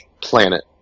planet